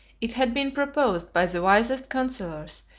it had been proposed by the wisest counsellors,